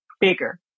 bigger